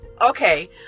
Okay